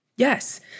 Yes